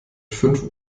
fünf